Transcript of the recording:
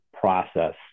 process